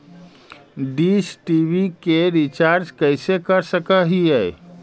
Dish TV के recharge कैसे कर सक हिय?